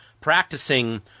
practicing